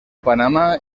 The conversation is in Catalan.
panamà